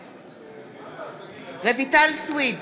בעד רויטל סויד,